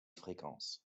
fréquence